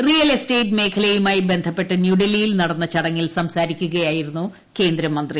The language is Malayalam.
റിയൽ എസ്റ്റേറ്റ് മേഖലയുമായി ബന്ധപ്പെട്ട് ന്യൂഡൽഹിയിൽ നടന്ന ചടങ്ങിൽ സംസാരിക്കുകയായിരുന്നു കേന്ദ്രമന്ത്രി